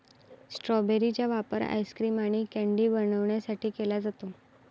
strawberry चा वापर ice cream आणि कँडी बनवण्यासाठी केला जातो